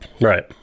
Right